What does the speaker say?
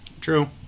True